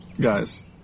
guys